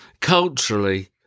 Culturally